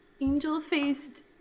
angel-faced